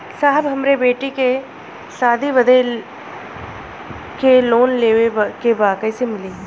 साहब हमरे बेटी के शादी बदे के लोन लेवे के बा कइसे मिलि?